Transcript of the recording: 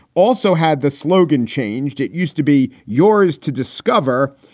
also had the slogan changed. it used to be yours to discover.